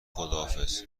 خداحافظ